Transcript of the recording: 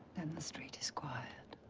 then the street is quiet.